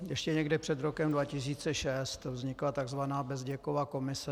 Ještě někde před rokem 2006 vznikla tzv. Bezděkova komise.